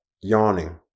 Yawning